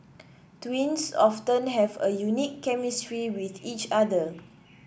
twins often have a unique chemistry with each other